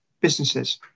businesses